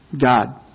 God